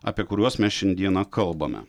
apie kuriuos mes šiandieną kalbame